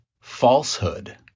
falsehood